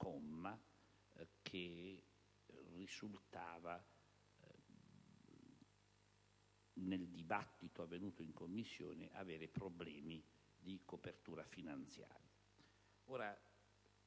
che risultava, nel dibattito avvenuto in Commissione, avere problemi di copertura finanziaria.